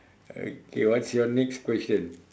okay what's your next question